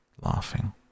laughing